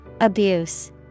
Abuse